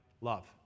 love